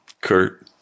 Kurt